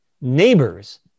neighbors